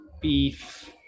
beef